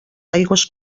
aigües